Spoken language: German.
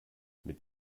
mit